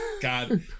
god